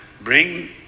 bring